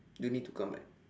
don't need to come right